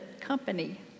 company